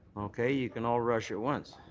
okay. you can all rush at once.